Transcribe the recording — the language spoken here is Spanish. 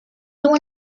tuvo